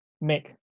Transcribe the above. make